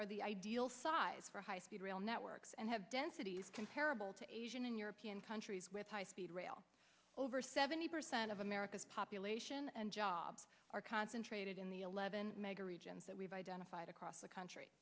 are the ideal size for high speed rail networks and have densities comparable to asian and european countries with high speed rail over seventy percent of america's population and jobs are concentrated in the eleven mega regions that we've identified across the country